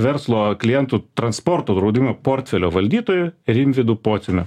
verslo klientų transporto draudimo portfelio valdytoju rimvydu pociumi